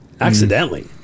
accidentally